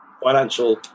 financial